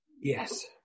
Yes